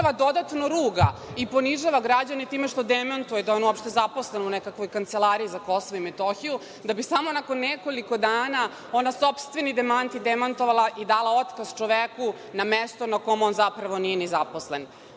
dodatno ruga i ponižava građane time što demantuje da je on uopšte zaposlen u nekakvoj Kancelariji za KiM, da bi samo nakon nekoliko dana on na sopstveni demanti demantovala i dala otkaz čoveku, na mesto na kom on zapravo nije ni zaposlen. Ova